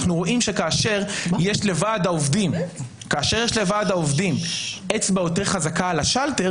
אנחנו רואים שכאשר יש לוועד העובדים אצבע יותר חזקה על השלטר